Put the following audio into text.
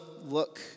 look